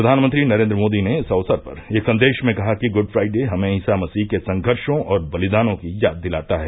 प्रधानमंत्री नरेन्द्र मोदी ने इस अवसर पर एक संदेश में कहा है कि गुड फ्राइडे हमें ईसा मसीह के संघर्षो और बलिदानों की याद दिलाता है